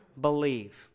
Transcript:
believe